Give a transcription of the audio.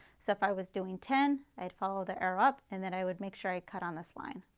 so if i was doing ten i would follow the arrow up and then i would make sure i cut on this line.